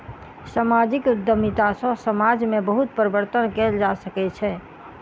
सामाजिक उद्यमिता सॅ समाज में बहुत परिवर्तन कयल जा सकै छै